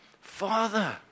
Father